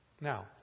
Now